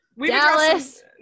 Dallas